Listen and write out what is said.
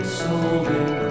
solving